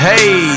Hey